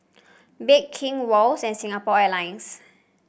Bake King Wall's and Singapore Airlines